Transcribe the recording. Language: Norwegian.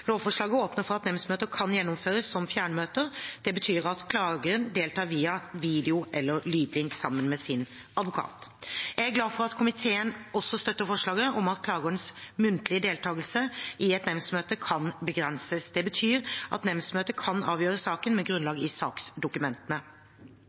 Lovforslaget åpner for at nemndsmøter kan gjennomføres som fjernmøter. Det betyr at klageren deltar via video- eller lydlink sammen med sin advokat. Jeg er glad for at komiteen også støtter forslaget om at klagerens muntlige deltakelse i et nemndsmøte kan begrenses. Det betyr at nemndsmøtet kan avgjøre saken med